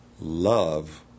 love